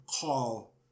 call